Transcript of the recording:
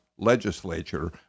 legislature